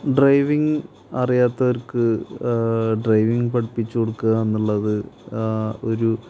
driving അറിയാത്തവർക്ക് driving പഠിപ്പിച്ചുകൊടുക്കാന്നുള്ളത് ഒരു